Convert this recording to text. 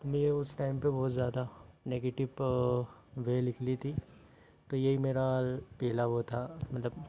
मैं उस टाइम पे बहुत ज़्यादा नेगेटिव वे निकली थी तो यही मेरा पहला वो था मतलब